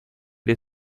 and